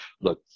look